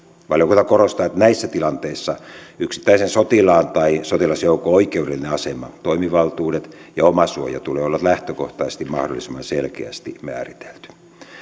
valiokunta korostaa että näissä tilanteissa yksittäisen sotilaan tai sotilasjoukon oikeudellisen aseman toimivaltuuksien ja omasuojan tulee olla lähtökohtaisesti mahdollisimman selkeästi määritelty